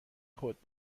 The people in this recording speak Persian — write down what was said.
خود